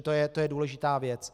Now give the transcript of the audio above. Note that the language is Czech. To je důležitá věc.